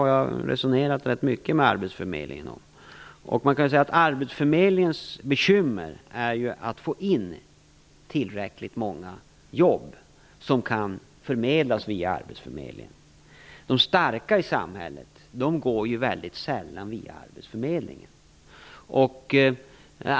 Jag har resonerat rätt mycket med arbetsförmedlingen om det. Arbetsförmedlingens bekymmer är ju att få in tillräckligt många jobb som kan förmedlas via arbetsförmedlingen. De starka i samhället går väldigt sällan via arbetsförmedlingen.